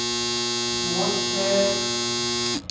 ᱢᱚᱸᱡ ᱛᱮ